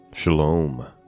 Shalom